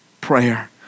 prayer